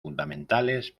fundamentales